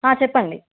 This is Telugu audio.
చెప్పండి